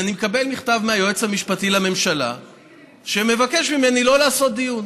אני מקבל מכתב מהיועץ המשפטי לממשלה שמבקש ממני לא לעשות דיון.